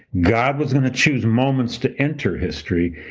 god was going to choose moments to enter history.